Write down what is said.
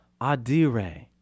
adire